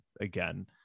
again